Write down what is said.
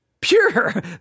Pure